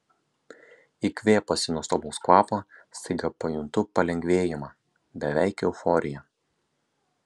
įkvėpusi nuostabaus kvapo staiga pajuntu palengvėjimą beveik euforiją